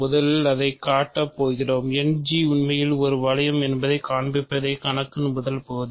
முதலில் அதைக் கட்ட போகிறோம் End உண்மையில் ஒரு வளையம் என்பதைக் காண்பிப்பதே கணக்கின் முதல் பகுதி